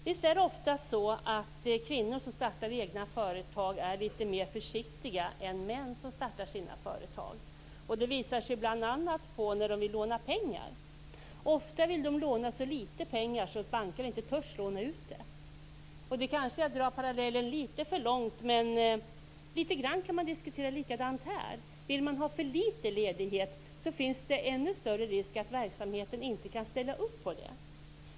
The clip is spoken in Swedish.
Herr talman! Visst är kvinnor som startar egna företag ofta litet mer försiktiga än män som startar egna företag. Det visar sig bl.a. när de vill låna pengar. De vill ofta låna så litet pengar att bankerna inte törs låna ut dem. Det är kanske att dra parallellen litet för långt, men det är till viss del likadant här. Ansöker man om för litet ledighet finns det ännu större risk att verksamheten inte kan ställa upp på det.